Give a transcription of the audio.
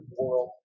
world